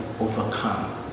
overcome